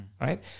Right